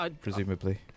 Presumably